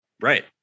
Right